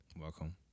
Welcome